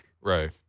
right